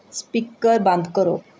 speaker ਬੰਦ ਕਰੋ